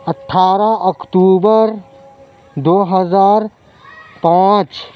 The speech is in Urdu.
اٹھارہ اکتوبر دو ہزار پانچ